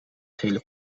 gele